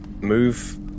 move